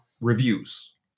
reviews